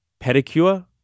pedicure